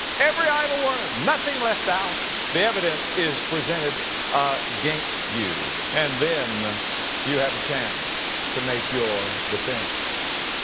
every idle word, nothing left out, the evidence is presented against you. and then you have a chance to make your defense.